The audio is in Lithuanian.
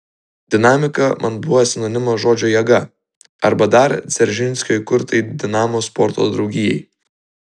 dinamika man buvo sinonimas žodžiui jėga arba dar dzeržinskio įkurtai dinamo sporto draugijai